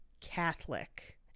catholic